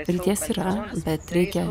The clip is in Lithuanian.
vilties yra bet reikia